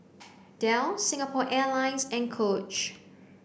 Dell Singapore Airlines and Coach